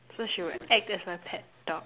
so she would act as my pet dog